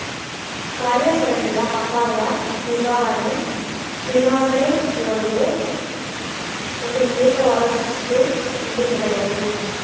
ಕಾರ್ಯಾಚರಣೆಯ ಅಪಾಯ ನಿರ್ವಹಣೆ ನಿರ್ವಹಣೆಯೂಳ್ಗೆ ಒಂದು ವಿಶೇಷವಾದ ಶಿಸ್ತು ಎಂದು ಹೇಳಬಹುದು